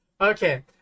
Okay